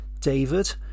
David